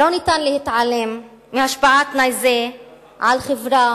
לא ניתן להתעלם מהשפעת תנאי זה על חברה